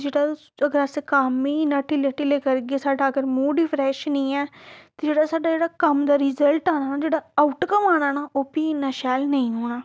ते जेह्ड़ा अगर असें कम्म इ'यां ढिल्ले ढिल्ले करगे साढ़ा अगर मूड फ्रैश निं ऐ ते जेह्ड़ा साढ़ा जेह्ड़ा कम्म दा रिजल्ट आना न जेह्ड़ा आउटकम आना ना ओह् बी इन्ना शैल नेईं होना